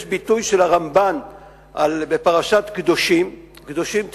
יש ביטוי של הרמב"ן בפרשת קדושים, "קדושים תהיו"